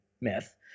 myth